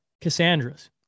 cassandra's